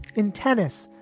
in tennis.